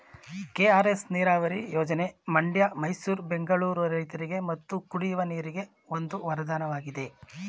KRS ನೀರವರಿ ಯೋಜನೆ ಮಂಡ್ಯ ಮೈಸೂರು ಬೆಂಗಳೂರು ರೈತರಿಗೆ ಮತ್ತು ಕುಡಿಯುವ ನೀರಿಗೆ ಒಂದು ವರದಾನವಾಗಿದೆ